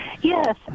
Yes